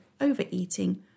overeating